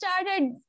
started